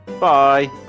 Bye